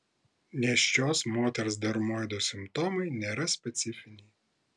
nėščios moters dermoido simptomai nėra specifiniai